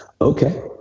Okay